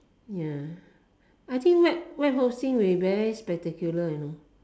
ya I think web web hosting will be very spectacular you know